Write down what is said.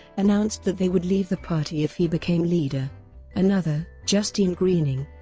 announced that they would leave the party if he became leader another, justine greening,